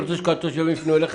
אתה רוצה שכל התושבים יפנו אליך,